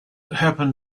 happen